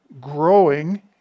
growing